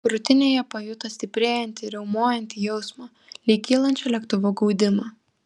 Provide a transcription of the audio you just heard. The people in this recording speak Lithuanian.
krūtinėje pajuto stiprėjantį riaumojantį jausmą lyg kylančio lėktuvo gaudimą